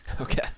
Okay